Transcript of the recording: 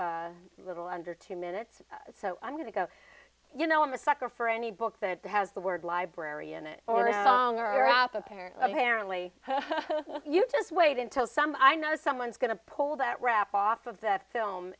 a little under two minutes so i'm going to go you know i'm a sucker for any book that has the word library in it or its owner app apparently apparently you just wait until some i know someone's going to pull that rap off of that